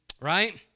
right